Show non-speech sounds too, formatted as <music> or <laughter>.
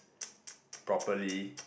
<noise> <noise> <noise> <noise> <noise> <noise>